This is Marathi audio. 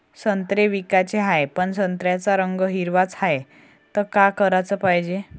संत्रे विकाचे हाये, पन संत्र्याचा रंग हिरवाच हाये, त का कराच पायजे?